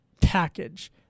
package